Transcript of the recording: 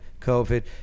COVID